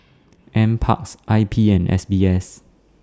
NParks I P and S B S